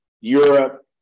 Europe